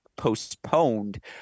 postponed